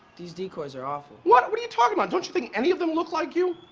these decoys are awful. what? what are you talking about? don't you think any of them look like you?